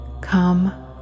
Come